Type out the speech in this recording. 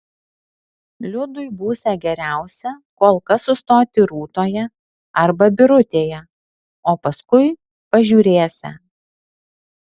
liudui būsią geriausia kol kas sustoti rūtoje arba birutėje o paskui pažiūrėsią